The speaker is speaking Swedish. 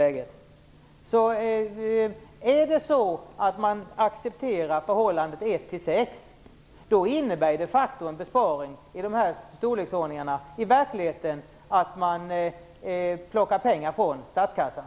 Om man accepterar förhållandet 1:6 innebär en besparing i dessa storleksordningar att man de facto plockar pengar från statskassan.